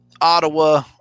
Ottawa